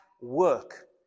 work